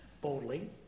boldly